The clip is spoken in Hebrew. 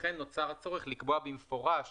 לכן נוצר הצורך לקבוע במפורש